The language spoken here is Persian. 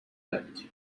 اردک